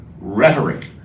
Rhetoric